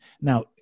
Now